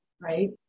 right